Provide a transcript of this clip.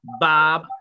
Bob